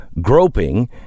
groping